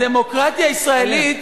הדמוקרטיה הישראלית,